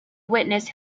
witness